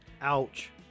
Ouch